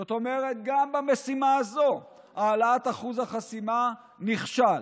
זאת אומרת שגם המשימה הזו בהעלאת אחוז החסימה נכשלה.